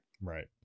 Right